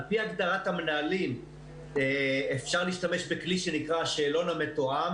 על פי הגדרת המנהלים אפשר להשתמש בכלי שנקרא השאלון המתואם